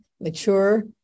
mature